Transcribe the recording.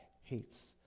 hates